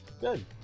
Good